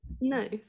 Nice